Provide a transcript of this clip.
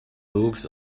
books